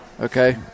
Okay